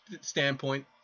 standpoint